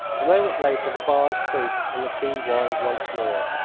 a moment later the bars creaked and the key whined once more.